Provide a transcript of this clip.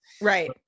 right